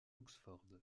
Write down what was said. oxford